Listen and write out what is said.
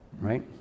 right